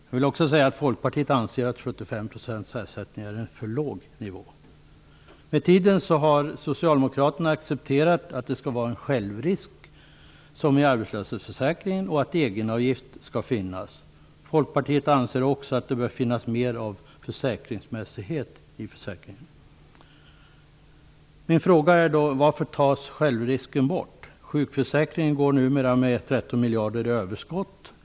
Jag vill också säga att Folkpartiet anser att 75 % ersättning är en för låg nivå. Med tiden har Socialdemokraterna accepterat att det skall finnas en självrisk, som i arbetslöshetsförsäkringen, och att egenavgift skall finnas. Folkpartiet anser också att det bör finnas mer av försäkringsmässighet i försäkringen. Varför tas självrisken då bort? Försäkringen går numera med 13 miljarder i överskott.